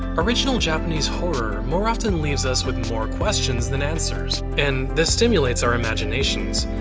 original japanese horror more often leaves us with more questions than answers, and this stimulates our imaginations.